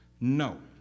no